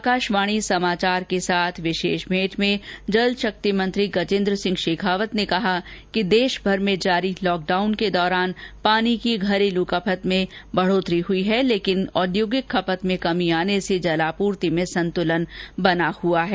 आकाशवाणी समाचार के साथ विशेष भेंट में जल शक्ति मंत्री गजेन्द्र सिंह शेखावत ने कहा कि देशभर में जारी लॉकडाउन के दौरान पानी की घरेलू खपत में बढ़ोतरी हई है लेकिन औद्योगिक खपत में कमी आने से जलापूर्ति में संतुलन बना हुआ है